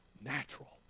natural